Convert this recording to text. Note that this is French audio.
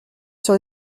sur